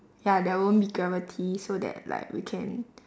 ya there won't be gravity so that like we can